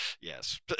Yes